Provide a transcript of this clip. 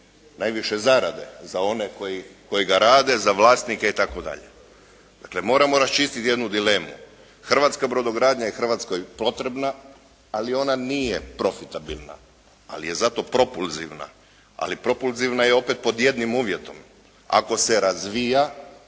najviše zarade za one koji ga rade, za vlasnike itd.. Dakle, moramo raščistiti jednu dilemu, hrvatska brodogradnja je Hrvatskoj potrebna, ali ona nije profitabilna, ali je zato propulzivna. Ali propulzivna je opet pod jednim uvjetom, ako se razvija,